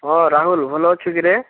ହଁ ରାହୁଲ ଭଲ ଅଛୁ କିରେ